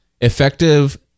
effective